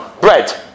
Bread